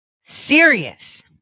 serious